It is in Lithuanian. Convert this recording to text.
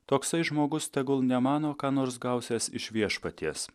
toksai žmogus tegul nemano ką nors gausiąs iš viešpaties